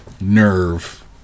nerve